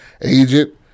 agent